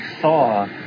saw